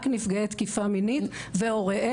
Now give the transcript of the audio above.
רק נפגעי תקיפה מינית והוריהם.